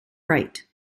wright